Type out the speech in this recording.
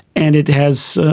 and it has,